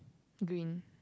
green